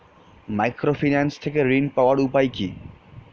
Microfinance থেকে ঋণ পাওয়ার উপায় কি?